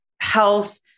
health